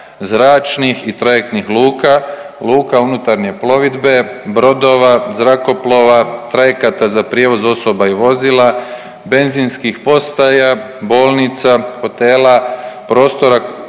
zračnih i trajektnih luka, luka unutarnje plovidbe, brodova, zrakoplova, trajekata za prijevoz osoba i vozila, benzinskih postaja, bolnica, hotela, prostora u